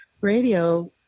radio